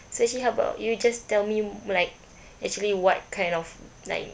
so actually how about you just tell me like actually what kind of like